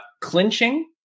clinching